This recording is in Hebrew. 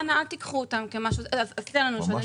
אנא אל תיקחו אותן --- ממש לא.